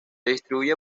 distribuye